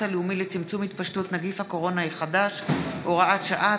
הלאומי לצמצום התפשטות נגיף הקורונה החדש (הוראת שעה),